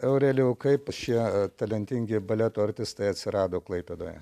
aurelijau kaip šie talentingi baleto artistai atsirado klaipėdoje